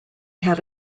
had